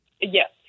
Yes